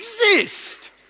exist